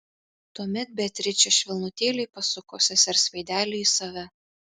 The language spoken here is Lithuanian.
tuomet beatričė švelnutėliai pasuko sesers veidelį į save